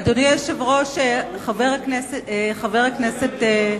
אדוני היושב-ראש, חבר הכנסת אורלב,